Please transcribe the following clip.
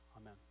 Amen